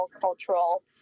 cultural